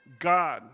God